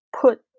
put